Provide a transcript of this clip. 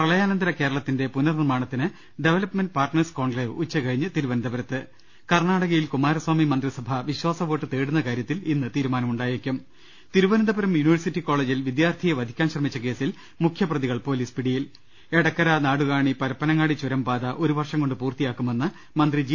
പ്രളയാനന്തര കേരളത്തിന്റെ പുനർനിർമ്മാണത്തിന് ഡെവലപ്മെന്റ് പാർട്ണേഴ്സ് കോൺക്ലേവ് ഉച്ചകഴിഞ്ഞ് തിരുവനന്തപുരത്ത് കർണ്ണാടകയിൽ കുമാരസ്വാമി മന്ത്രിസഭ വിശ്വാസവോട്ട് തേടുന്ന കാര്യത്തിൽ ഇന്ന് തീരുമാനമുണ്ടായേക്കും തിരുവനന്തപുരം യൂണിവേഴ്സിറ്റി കോളേജിൽ വിദ്യാർത്ഥിയെ വധിക്കാൻ ശ്രമിച്ച കേസിൽ മുഖ്യപ്രതികൾ പൊലീസ് പിടിയിൽ എടക്കര നാടുകാണി പരപ്പനങ്ങാടി ചുരം പാത ഒരു വർഷം കൊണ്ട് പൂർത്തി യാക്കുമെന്ന് മന്ത്രി ജി